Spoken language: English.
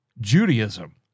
Judaism